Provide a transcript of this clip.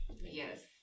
Yes